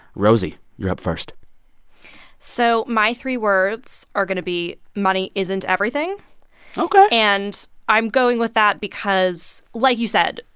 rosie, you're up first so my three words are going to be money isn't everything ok and i'm going with that because, like you said,